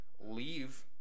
leave